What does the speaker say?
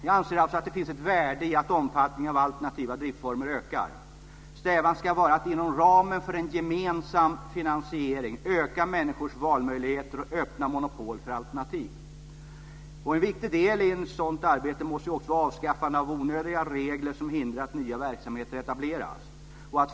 Jag anser alltså att det finns ett värde i att omfattningen av alternativa driftsformer ökar. Strävan ska vara att inom ramen för en gemensam finansiering öka människors valmöjligheter och öppna monopol för alternativ. En viktig del i ett sådant arbete måste också vara avskaffande av onödiga regler som hindrar att nya verksamheter etableras.